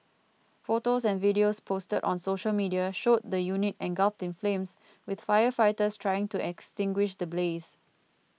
photos and videos posted on social media showed the unit engulfed in flames with firefighters trying to extinguish the blaze